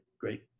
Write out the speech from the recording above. great